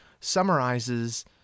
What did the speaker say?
summarizes